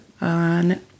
on